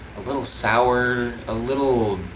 a little sour, a little